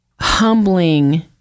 humbling